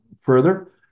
further